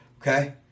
Okay